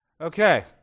Okay